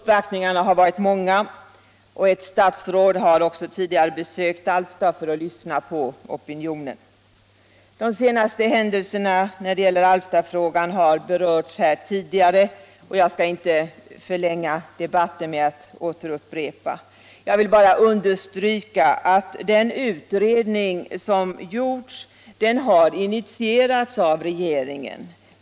Uppvaktningarna har varit många, och ett statsråd har tidigare besökt Alfta för att lyssna på opinionen. De senaste händelserna när det gäller Alftafrågan har berörts här tidigare. Jag skall inte förlänga debatten genom att åter ta upp dem. Jag vill bara understryka att den utredning som gjorts har initierats av regeringen.